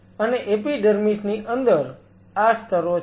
અને એપીડર્મીશ ની અંદર આ સ્તરો છે